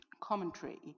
commentary